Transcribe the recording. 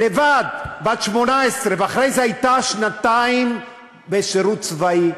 לבד, בת 18. אחרי זה הייתה שנתיים בשירות צבאי.